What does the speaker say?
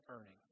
earning